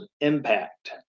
impact